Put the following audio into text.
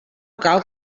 cal